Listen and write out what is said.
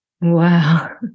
Wow